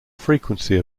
frequency